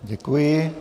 Děkuji.